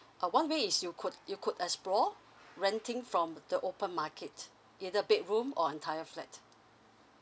uh one way is you could you could explore renting from the open market either bedroom or entire flat